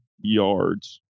yards